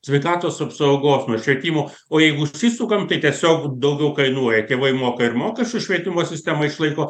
sveikatos apsaugos nuo švietimo o jeigu užsisukam tai tiesiog daugiau kainuoja tėvai moka ir mokesčius švietimo sistemą išlaiko